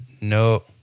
no